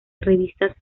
revistas